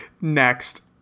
Next